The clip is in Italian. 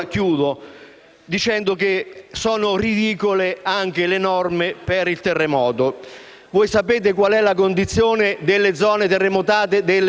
dicendo che sono ridicole anche le norme per il terremoto. Voi sapete qual è la condizione delle zone terremotate delle Marche: